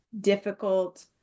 difficult